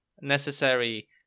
necessary